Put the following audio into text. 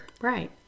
Right